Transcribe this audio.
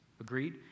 Agreed